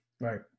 Right